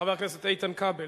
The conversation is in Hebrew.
חבר הכנסת איתן כבל,